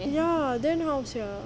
ya then how sia